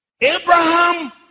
Abraham